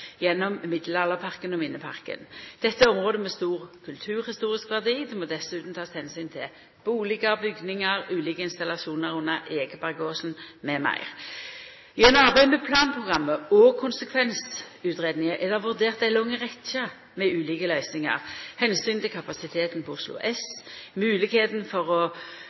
gjennom Middelalderparken og Minneparken. Dette er område av stor kulturhistorisk verdi. Det må dessutan takast omsyn til bustader, bygningar, ulike installasjonar under Ekebergåsen, m.m. Gjennom arbeidet med planprogrammet og konsekvensutgreiinga er det vurdert ei lang rekkje med ulike løysingar. Omsynet til kapasiteten på Oslo S, moglegheita for å